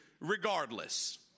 regardless